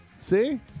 See